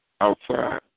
outside